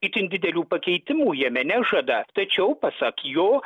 itin didelių pakeitimų jame nežada tačiau pasak jo